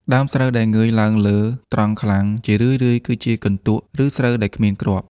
ដើមស្រូវដែល «ងើយ» ឡើងលើត្រង់ខ្លាំង ជារឿយៗគឺជាកន្ទក់ ឬស្រូវដែលគ្មានគ្រាប់។